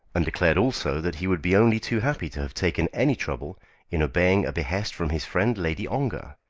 and declared also that he would be only too happy to have taken any trouble in obeying a behest from his friend lady ongar.